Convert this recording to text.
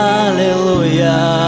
Hallelujah